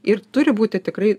ir turi būti tikrai